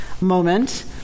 moment